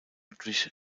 ludwig